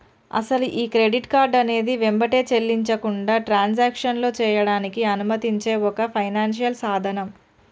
అసలు ఈ credit card అనేది వెంబటే చెల్లించకుండా ట్రాన్సాక్షన్లో చేయడానికి అనుమతించే ఒక ఫైనాన్షియల్ సాధనం